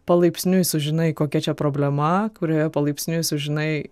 palaipsniui sužinai kokia čia problema kurioje palaipsniui sužinai